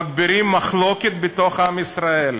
מגבירים מחלוקת בתוך עם ישראל.